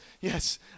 Yes